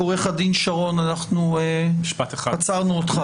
עורך הדין שרון, עצרנו אותך.